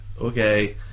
okay